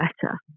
better